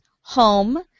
Home